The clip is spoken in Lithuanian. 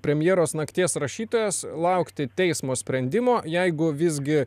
premjeros nakties rašytojas laukti teismo sprendimo jeigu visgi